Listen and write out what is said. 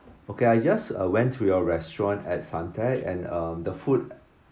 okay I just uh went to your restaurant at suntec and uh the food